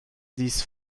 these